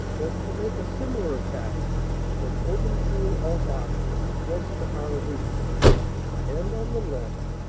was to make a similar attack from aubencheul-au-bac west to arleux and on the left,